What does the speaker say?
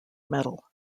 medal